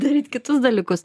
daryt kitus dalykus